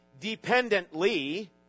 dependently